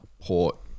Port